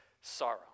sorrow